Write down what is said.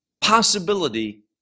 possibility